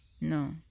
no